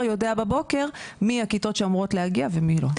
יודע בבוקר מי הכיתות שאמורות להגיע ומי לא.